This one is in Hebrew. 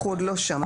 אנחנו עוד לא שם.